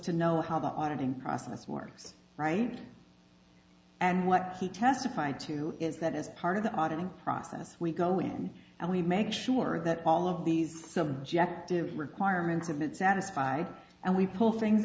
to know how the auditing process works right and what he testified to is that as part of the auditing process we go in and we make sure that all of these subjective requirements of it satisfy and we pull things